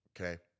Okay